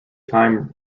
time